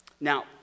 now